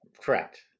Correct